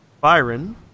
Byron